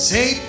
Say